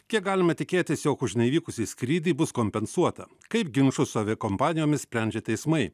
kiek galima tikėtis jog už neįvykusį skrydį bus kompensuota kaip ginčus su aviakompanijomis sprendžia teismai